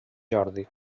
jordi